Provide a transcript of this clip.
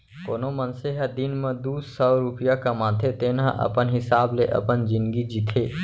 कोनो मनसे ह दिन म दू सव रूपिया कमाथे तेन ह अपन हिसाब ले अपन जिनगी जीथे